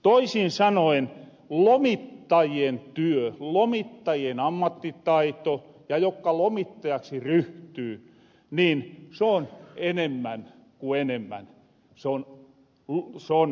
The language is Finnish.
toisin sanoen lomittajien työ lomittajien ammattitaito ja niiden jokka lomittajaksi ryhtyy niin soon enemmän ku enemmän soon kutsumusammatti